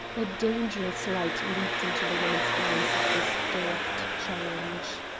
a dangerous light leaped into the woman's eyes at this direct challenge.